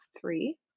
three